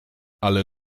ale